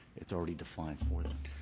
it's already defined for them.